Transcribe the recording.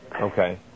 Okay